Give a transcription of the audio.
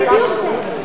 זה בדיוק זה.